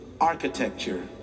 architecture